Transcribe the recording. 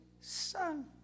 son